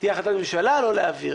תהיה החלטת ממשלה לא להעביר.